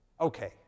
Okay